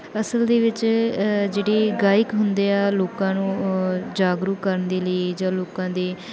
ਅਸਲ ਦੇ ਵਿੱਚ ਜਿਹੜੀ ਗਾਇਕ ਹੁੰਦੇ ਆ ਲੋਕਾਂ ਨੂੰ ਉਹ ਜਾਗਰੂਕ ਕਰਨ ਦੇ ਲਈ ਜਾਂ ਲੋਕਾਂ ਦੇ